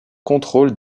contrôle